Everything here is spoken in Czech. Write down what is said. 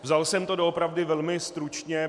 Vzal jsem to doopravdy velmi stručně.